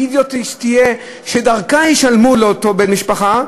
שדרכה ישלמו לאותו בן-משפחה,